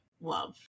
love